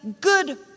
good